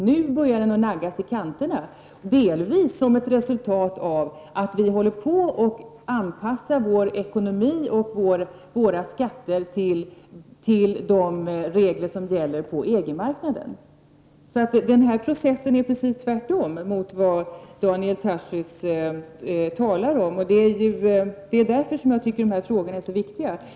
Nu börjar den att naggas i kanterna, delvis som ett resultat av att vi håller på att anpassa vår ekonomi och våra skatter till de regler som gäller på EG-marknaden. Processen går alltså i rakt motsatt riktning mot den som Daniel Tarschys talar om, och det är därför som jag tycker att dessa frågor är så viktiga.